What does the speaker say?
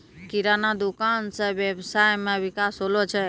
किराना दुकान से वेवसाय मे विकास होलो छै